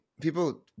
people